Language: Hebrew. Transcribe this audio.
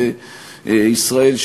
בישראל,